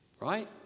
right